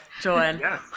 Joanne